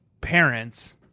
parents